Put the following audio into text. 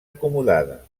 acomodada